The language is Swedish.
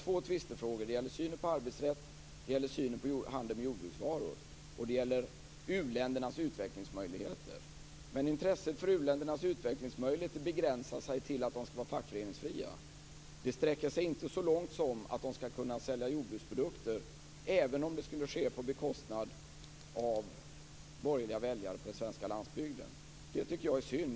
Tvistefrågorna är synen på arbetsrätt, synen på handel med jordbruksvaror samt u-ländernas utvecklingsmöjligheter. Men intresset för u-ländernas utvecklingsmöjligheter begränsar sig till att de skall vara fackföreningsfria. Det sträcker sig inte så långt som att de skall kunna sälja jordbruksprodukter, även om det skulle ske på bekostnad av borgerliga väljare på den svenska landsbygden. Det tycker jag är synd.